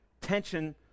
tension